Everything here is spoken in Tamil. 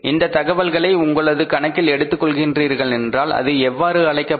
இந்த தகவல்களை உங்களது கணக்கில் எடுத்துக் கொள்கிறீர்கள் என்றால் அது எவ்வாறு அழைக்கப்படும்